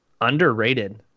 underrated